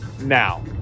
now